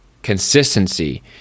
Consistency